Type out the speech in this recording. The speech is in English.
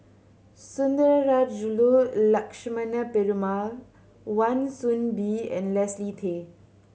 Sundarajulu Lakshmana Perumal Wan Soon Bee and Leslie Tay